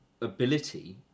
ability